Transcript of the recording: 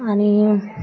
आणि